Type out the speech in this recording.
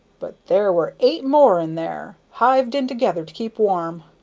but there were eight more in there, hived in together to keep warm.